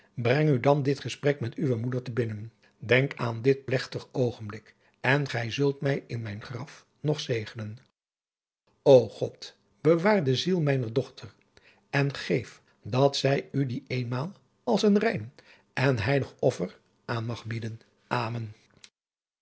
breng u dan dit gesprek met uwe moeder te binnen denk aan dit plegtig oogenblik en gij zult mij in mijn graf nog zegenen ô god bewaar de ziel mijner dochter en geef dat zij u die éénmaal als een rein en heilig offer aan mag bieden amen